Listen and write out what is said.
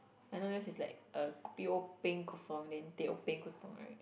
I know yours is like a kopi O peng kosong then teh O peng kosong right